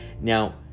Now